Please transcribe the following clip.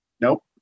Nope